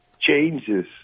changes